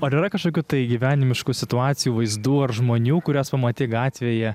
ar yra kažkokių tai gyvenimiškų situacijų vaizdų ar žmonių kuriuos pamatei gatvėje